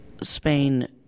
Spain